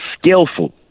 skillful